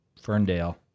Ferndale